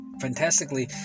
fantastically